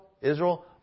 Israel